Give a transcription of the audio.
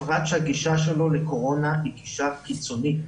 בפרט שהגישה שלו לקורונה היא גישה קיצונית.